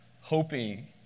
hoping